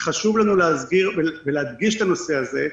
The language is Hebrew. חשוב לנו להסביר ולהדגיש את הנושא הזה,